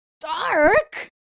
dark